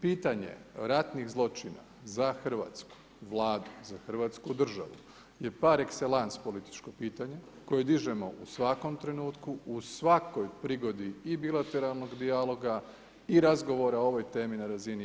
Pitanje ratnih zločina za hrvatsku Vladu, za Hrvatsku državu je par excellence političko pitanje koje dižemo u svakom trenutku, u svakoj prigodi i bilateralnog dijaloga i razgovora o ovoj temi na razini EU.